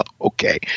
okay